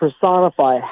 personify